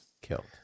killed